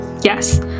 yes